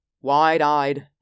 wide-eyed